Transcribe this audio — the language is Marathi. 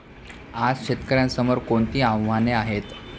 आज शेतकऱ्यांसमोर कोणती आव्हाने आहेत?